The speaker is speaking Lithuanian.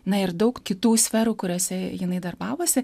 na ir daug kitų sferų kuriose jinai darbavosi